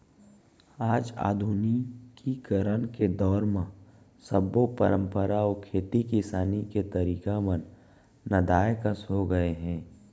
आज आधुनिकीकरन के दौर म सब्बो परंपरा अउ खेती किसानी के तरीका मन नंदाए कस हो गए हे